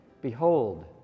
behold